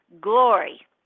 glory